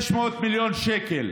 600 מיליון שקל.